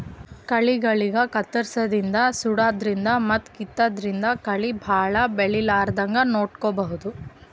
ಕಳಿಗಳಿಗ್ ಕತ್ತರ್ಸದಿನ್ದ್ ಸುಡಾದ್ರಿನ್ದ್ ಮತ್ತ್ ಕಿತ್ತಾದ್ರಿನ್ದ್ ಕಳಿ ಭಾಳ್ ಬೆಳಿಲಾರದಂಗ್ ನೋಡ್ಕೊಬಹುದ್